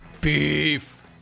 Beef